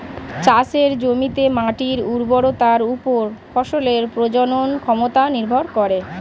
চাষের জমিতে মাটির উর্বরতার উপর ফসলের প্রজনন ক্ষমতা নির্ভর করে